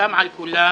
מוסכם על כולם